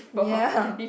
ya